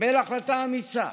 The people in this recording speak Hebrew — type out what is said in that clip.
קיבל החלטה אמיצה,